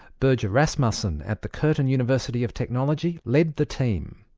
birger rasmussen at the curtin university of technology led the team.